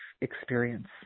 experience